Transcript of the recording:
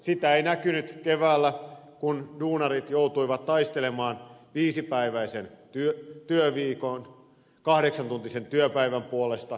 sitä ei näkynyt keväällä kun duunarit joutuivat taistelemaan viisipäiväisen työviikon kahdeksantuntisen työpäivän puolesta